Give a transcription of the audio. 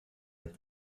with